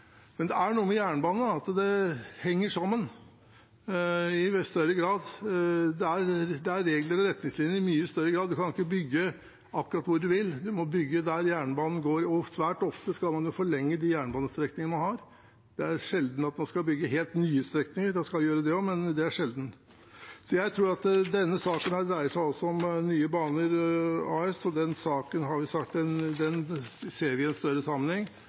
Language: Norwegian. det henger sammen i mye større grad, det er regler og retningslinjer i mye større grad. Du kan ikke bygge akkurat hvor du vil, du må bygge der jernbanen går, og svært ofte skal man jo forlenge de jernbanestrekningene man har. Det er sjelden at man skal bygge helt nye strekninger. En skal gjøre det også, men det er sjelden. Denne saken dreier seg altså om Nye Baner AS, og den saken, har vi sagt, ser vi i en større sammenheng.